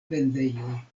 vendejoj